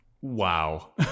wow